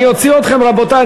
אני אוציא אתכם, רבותי.